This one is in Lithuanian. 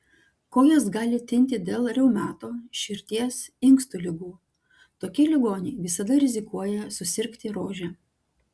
kojos gali tinti dėl reumato širdies inkstų ligų tokie ligoniai visada rizikuoja susirgti rože